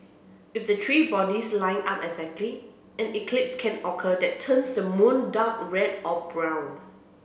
if the three bodies line up exactly an eclipse can occur that turns the moon dark red or brown